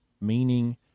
meaning